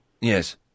Yes